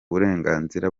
burenganzira